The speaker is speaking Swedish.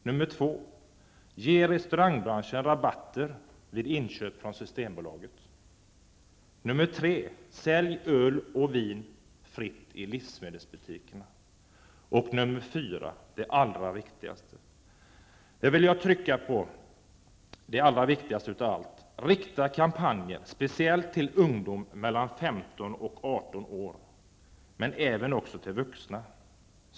För det andra: Ge restaurangbranschen rabatter vid inköp från Systembolaget. För det tredje: Sälj öl och vin fritt i livsmedelsbutikerna. För det fjärde och viktigast av allt: Rikta kampanjer speciellt till ungdom mellan 15 och 18 år men även till vuxna.